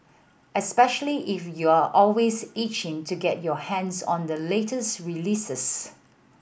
especially if you're always itching to get your hands on the latest releases